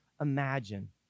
imagine